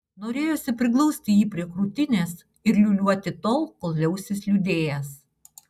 norėjosi priglausti jį prie krūtinės ir liūliuoti tol kol liausis liūdėjęs